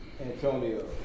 Antonio